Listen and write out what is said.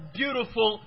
beautiful